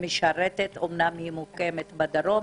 שמשרתת אומנם היא מוקמת בדרום,